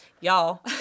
y'all